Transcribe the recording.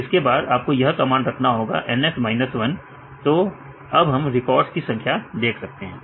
इसके बाद आपको यह कमांड रखना होगा NF 1 तो अब हम रिकार्ड्स की संख्या देख सकते हैं